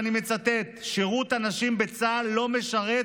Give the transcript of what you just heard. ואני מצטט: שירות הנשים בצה"ל לא משרת